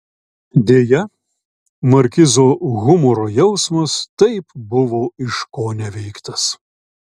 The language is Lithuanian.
deja markizo humoro jausmas taip buvo iškoneveiktas